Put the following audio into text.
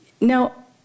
now